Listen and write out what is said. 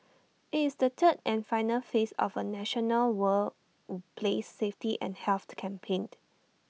IT is the third and final phase of A national work place safety and health campaign